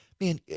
Man